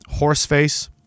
horseface